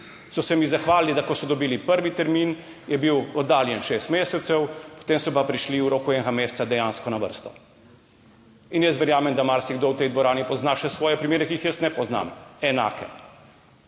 So se mi zahvalili, da ko so dobili prvi termin, je bil oddaljen šest mesecev, potem so pa prišli v roku enega meseca dejansko na vrsto. In jaz verjamem, da marsikdo v tej dvorani pozna še svoje primere, ki jih jaz ne poznam, enake.